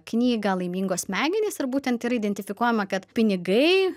knygą laimingos smegenys ir būtent yra identifikuojama kad pinigai